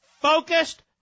focused